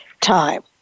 time